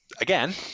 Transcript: Again